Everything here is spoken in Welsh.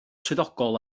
swyddogol